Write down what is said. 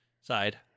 side